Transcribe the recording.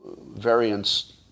variants